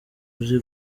uzi